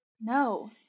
No